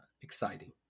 exciting